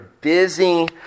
busy